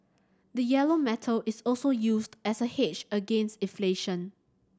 the yellow metal is also used as a hedge against inflation